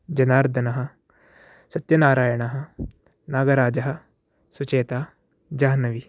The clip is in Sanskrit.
जनार्दनः सत्यनारायणः नागराजः सुचेता जाह्नवी